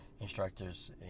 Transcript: instructors